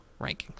rankings